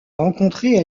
rencontrée